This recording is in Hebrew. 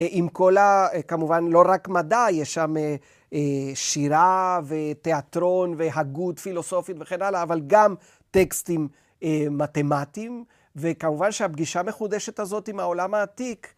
עם כל ה... כמובן, לא רק מדע, יש שם שירה ותיאטרון והגות פילוסופית וכן הלאה, אבל גם טקסטים מתמטיים, וכמובן שהפגישה המחודשת הזאת עם העולם העתיק...